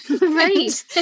Right